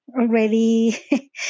already